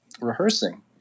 rehearsing